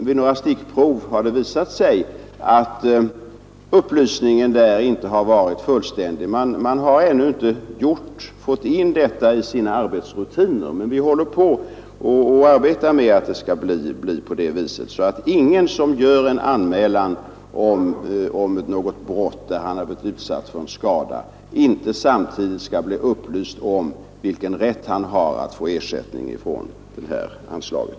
Vid några stickprov har det visat sig att upplysningen inte har varit fullständig — man har ännu inte fått in detta i sina arbetsrutiner — men vi arbetar med att det skall bli på det viset att ingen, som gör anmälan om något brott där han har blivit utsatt för skada, inte samtidigt skall bli upplyst om vilken rätt han har att få ersättning från det här anslaget.